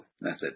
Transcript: method